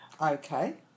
Okay